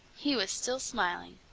he was still smiling.